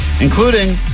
including